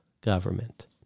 government